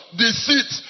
deceit